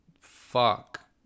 Fuck